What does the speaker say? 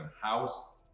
House